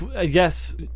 Yes